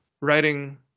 writing